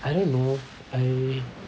I don't know I